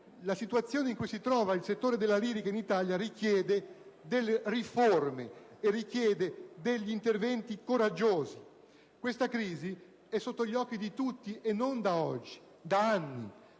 la situazione in cui si trova il settore della lirica in Italia richiede riforme, interventi coraggiosi. Questa crisi è sotto gli occhi di tutti e non da oggi, da anni.